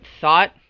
thought